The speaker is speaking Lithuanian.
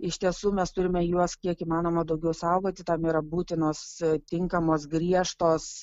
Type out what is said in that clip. iš tiesų mes turime juos kiek įmanoma daugiau saugoti tam yra būtinos tinkamos griežtos